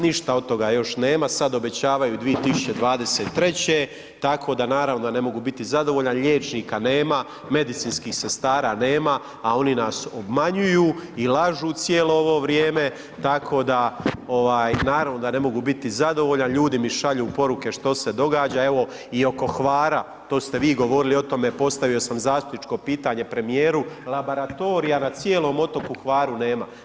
Ništa od toga još nema, sad obećavaju 2023. tako da naravno da ne mogu biti zadovoljan, liječnika nema, medicinskih sestara nema, a oni nas obmanjuju i lažu cijelo ovo vrijeme, tako da ovaj naravno da ne mogu biti zadovoljan, ljudi mi šalju poruke što se događa, evo i oko Hvara to ste vi govorili o tome, postavio sam zastupničko pitanje premijeru laboratorija na cijelom otoku Hvaru nema.